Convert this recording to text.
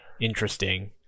interesting